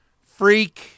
freak